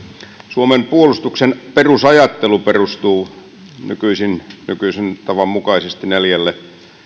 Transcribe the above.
suomen puolustuksen perusajattelu perustuu nykyisin nykyisen tavan mukaisesti neljälle